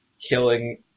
killing